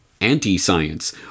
anti-science